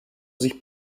sich